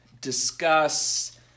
discuss